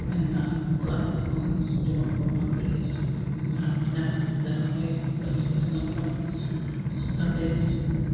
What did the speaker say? ᱮᱱᱠᱷᱟᱱ ᱚᱲᱟᱜ ᱨᱮ ᱡᱚᱠᱷᱚᱱ ᱡᱚᱢᱟᱜ ᱠᱚ ᱵᱟᱝ ᱠᱩᱞᱭᱟᱹᱜᱼᱟ ᱮᱱᱠᱷᱟᱱ ᱵᱟᱡᱟᱨ ᱡᱟᱜᱮ ᱱᱚᱜᱼᱚᱸᱭ ᱠᱟᱹᱢᱤ ᱠᱚ ᱥᱮᱱᱚᱜ ᱠᱟᱱᱟ ᱚᱱᱠᱟᱛᱮ